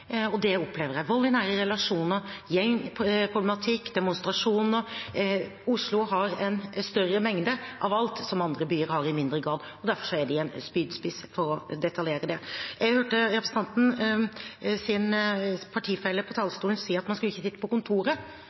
og det opplever jeg. Vold i nære relasjoner, gjengproblematikk, demonstrasjoner – Oslo har en større mengde av alt som andre byer har i mindre grad. Derfor er de en spydspiss, for å detaljere det. Jeg hørte representantens partifelle si fra talerstolen at man ikke skulle sitte på kontoret